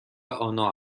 آنا